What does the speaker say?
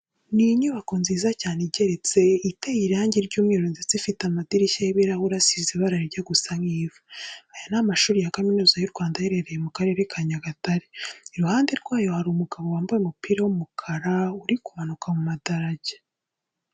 Ni inyubako nziza cyane igeretse, iteye irange ry'umweru ndetse ifite amadirishya y'ibirahure asize ibara rijya gusa nk'ivu. Aya ni amashuri ya Kaminuza y'u Rwanda aherereye mu Karere ka Nyagatare. Iruhande rwayo hari umugabo wambaye umupira w'umukara uri kumanuka ku madarajya.